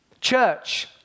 Church